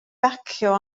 bacio